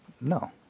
No